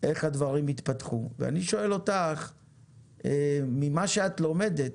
איך הדברים התפתחו ואני שואל אותך ממה שאת לומדת,